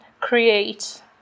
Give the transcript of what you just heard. create